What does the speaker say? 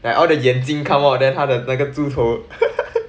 like all the 眼睛 come out then 他的那个猪头